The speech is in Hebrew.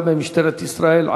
גם במשטרת ישראל.